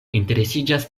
interesiĝas